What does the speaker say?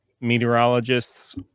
meteorologists